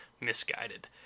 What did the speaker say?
misguided